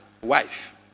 wife